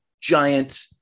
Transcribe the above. giant